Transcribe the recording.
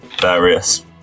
various